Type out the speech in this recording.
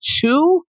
two